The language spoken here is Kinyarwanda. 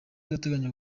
urateganya